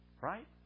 Right